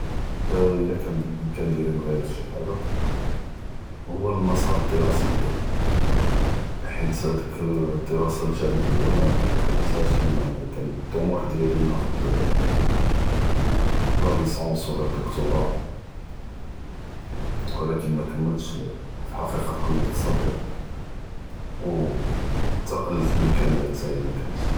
אלא כאן באלאימכן דיאלי נע’יר אלשי האדא، הוא אלמסאר אדראסי דיאלי، חית האדיק אדראסה אלג’אמעה מא מכמלתהאש ר’ע’ם אנה כאן אלטמוח דיאלי נאח’ד לא ליסונס ו לא אלדוקטורה ו לאכן מאכמלتش פאלחקיקה קלת אלצבר ו נתקלת…